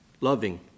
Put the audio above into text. loving